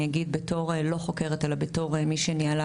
אני אגיד בתור לא חוקרת אלא בתור מי שניהלה